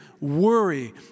worry